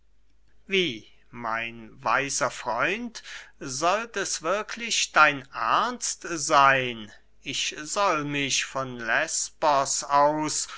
wie mein weiser freund sollt es wirklich dein ernst seyn ich soll mich von lesbos aus